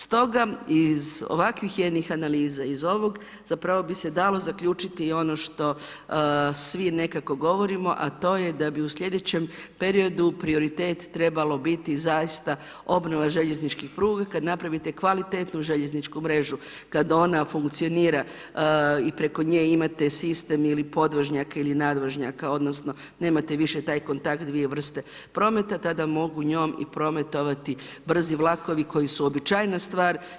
Stoga iz ovakvih jednih analiza, iz ovog zapravo bi se dalo zaključiti i ono što svi nekako govorimo a to je da bi u sljedećem periodu prioritet trebalo biti zaista obnova željezničke pruge, kada napravite kvalitetnu željezničku mrežu, kada ona funkcionira i kada preko nje imate sistem ili podvožnjaka ili nadvožnjaka, odnosno nemate više taj kontakt dvije vrste prometa tada mogu njom i prometovati brzi vlakovi koji su uobičajena stvar.